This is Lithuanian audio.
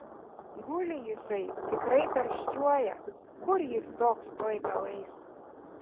guli jisai tikrai karščiuoja kur jis toks tuoj tau eis